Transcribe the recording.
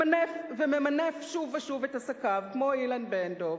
וממנף שוב ושוב את עסקיו, כמו אילן בן-דב.